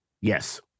Yes